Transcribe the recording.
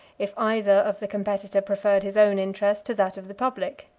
if either of the competitor preferred his own interest to that of the public.